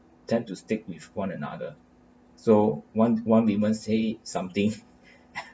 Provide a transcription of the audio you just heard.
tend to stick with one another so once one women say something